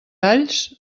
alls